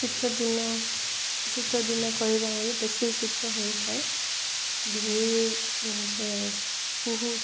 ଶୀତ ଦିନ ଶୀତ ଦିନ କରିବା ହ ବେଶୀ ଶୀତ ହୋଇଥାଏ ଧୁଳି ଯେ କୁହୁ